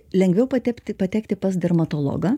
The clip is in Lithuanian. lengviau patepti patekti pas dermatologą